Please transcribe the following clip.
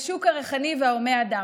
בשוק הריחני וההומה אדם,